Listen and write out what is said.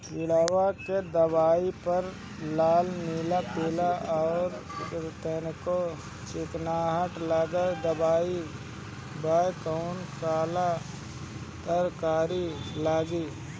किड़वा के दवाईया प लाल नीला पीला और हर तिकोना चिनहा लगल दवाई बा कौन काला तरकारी मैं डाली?